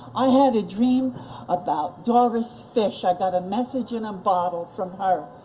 i had a dream about doris fish, i got a message in a bottle from her.